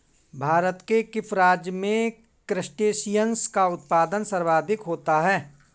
भारत के किस राज्य में क्रस्टेशियंस का उत्पादन सर्वाधिक होता है?